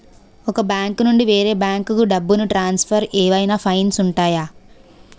ఒక బ్యాంకు నుండి వేరే బ్యాంకుకు డబ్బును ట్రాన్సఫర్ ఏవైనా ఫైన్స్ ఉంటాయా?